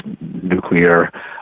nuclear